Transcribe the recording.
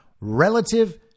relative